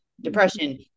depression